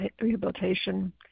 rehabilitation